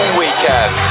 weekend